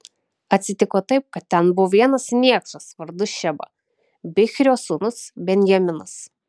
atsitiko taip kad ten buvo vienas niekšas vardu šeba bichrio sūnus benjaminas